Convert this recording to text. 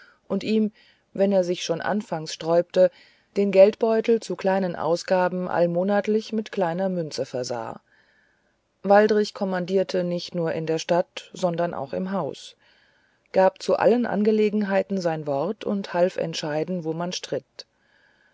und ihm wenn er sich schon anfangs sträubte den geldbeutel zu keinen ausgaben allmonatlich mit kleiner münze versah waldrich komandierte nicht nur in der stadt sondern auch im hause gab zu allen angelegenheiten sein wort und halt entscheiden wo man stritt